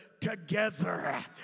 together